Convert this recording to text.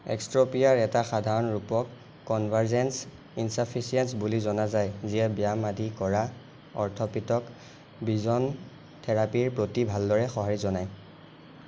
এক্স'ট্ৰপিয়াৰ এটা সাধাৰণ ৰূপক কনভাৰ্জেন্স ইনচাফিচিয়েন্স বুলি জনা যায় যিয়ে ব্যাম আদি কৰা অৰ্থপিটক ভিজন থেৰাপিৰ প্ৰতি ভালদৰে সঁহাৰি জনায়